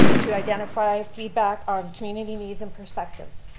to identify feedback on community needs and perspectives.